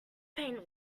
paint